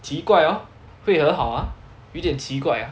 奇怪 orh 会和好 ah 有点奇怪 ah